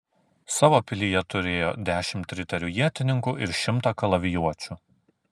savo pilyje turėjo dešimt riterių ietininkų ir šimtą kalavijuočių